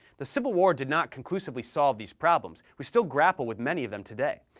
the civil war did not conclusively solve these problems we still grapple with many of them today.